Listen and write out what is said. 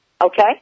Okay